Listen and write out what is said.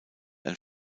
ein